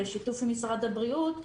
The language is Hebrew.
בשיתוף עם משרד הבריאות,